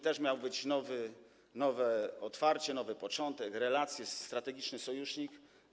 Też miało być nowe otwarcie, nowy początek, relacje, strategiczny sojusznik.